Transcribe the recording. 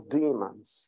demons